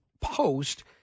post